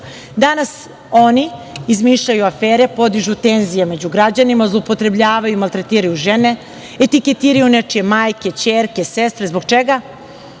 oni izmišljaju afere, podižu tenzije među građanima, zloupotrebljavaju i maltretiraju žene, etiketiraju nečije majke, ćerke, sestre, zbog čega?